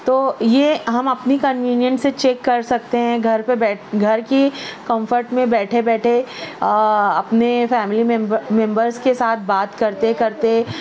تو یہ ہم اپنی کنوینینس سے چیک کر سکتے ہیں گھر پہ بیٹھ گھر کی کمفرٹ میں بیٹھے بیٹھے اپنے فیملی ممبر ممبرز کے ساتھ بات کرتے کرتے